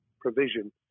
provision